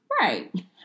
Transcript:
right